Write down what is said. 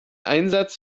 einsatz